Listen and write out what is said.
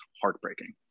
heartbreaking